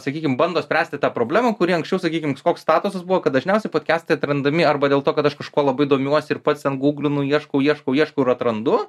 sakykim bando spręsti tą problemą kuri anksčiau sakykim koks statusas buvo kad dažniausiai podkestai atrandami arba dėl to kad aš kažkuo labai domiuosi ir pats ten guglinu ieškau ieškau ieškau ir atrandu